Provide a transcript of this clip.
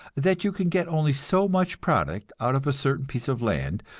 that you can get only so much product out of a certain piece of land,